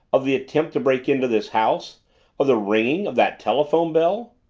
of the attempt to break into this house of the ringing of that telephone bell?